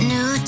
New